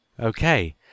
Okay